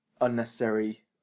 unnecessary